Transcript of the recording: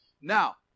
Now